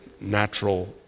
natural